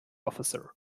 officer